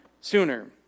sooner